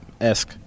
esque